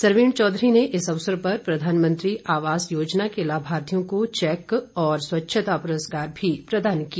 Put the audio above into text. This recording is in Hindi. सरवीण चौधरी ने इस अवसर पर प्रधानमंत्री आवास योजना के लाभार्थियों को चैक और स्वच्छता पुरस्कार भी प्रदान किए